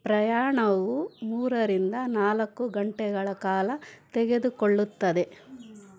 ಪ್ರಯಾಣವು ಮೂರರಿಂದ ನಾಲ್ಕು ಗಂಟೆಗಳ ಕಾಲ ತೆಗೆದುಕೊಳ್ಳುತ್ತದೆ